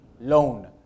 loan